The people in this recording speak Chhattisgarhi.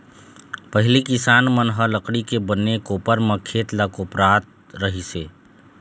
पहिली किसान मन ह लकड़ी के बने कोपर म खेत ल कोपरत रहिस हे